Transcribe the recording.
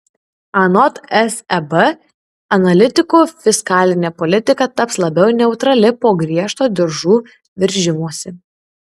anot seb analitikų fiskalinė politika taps labiau neutrali po griežto diržų veržimosi